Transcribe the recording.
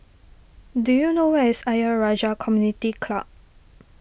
do you know where is Ayer Rajah Community Club